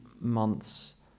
months